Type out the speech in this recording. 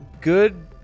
good